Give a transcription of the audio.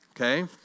Okay